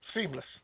Seamless